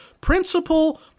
Principle